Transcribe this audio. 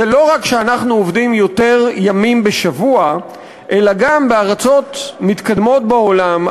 זה לא רק שאנחנו עובדים יותר ימים בשבוע אלא גם שבארצות מתקדמות בעולם,